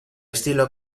estilo